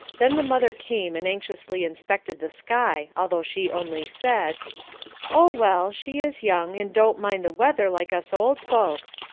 then the mother came and anxiously inspected the sky, although she only said oh well, she is young, and don't mind the weather like us old folks.